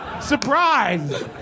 Surprise